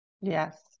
Yes